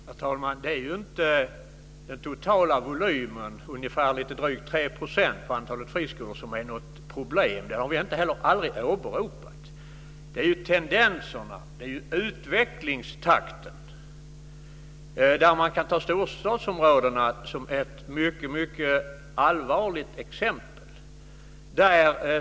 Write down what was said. Herr talman! Det är ju inte den totala volymen, ungefär 3 %, när det gäller antalet friskolor som är något problem. Det har vi aldrig åberopat. Det är ju tendenserna. Det är utvecklingstakten. Man kan ta storstadsområdena som ett mycket allvarligt exempel.